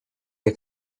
had